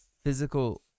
Physical